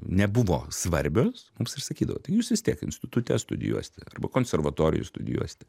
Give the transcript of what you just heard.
nebuvo svarbios mums ir sakydavo tai jūs vis tiek institute studijuosite arba konservatorijoj studijuosite